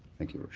thank you,